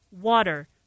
water